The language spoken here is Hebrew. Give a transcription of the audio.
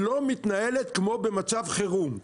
לא מתנהלת כמו במצב חירום.